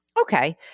Okay